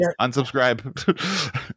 unsubscribe